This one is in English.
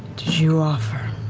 did you offer?